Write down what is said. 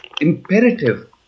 imperative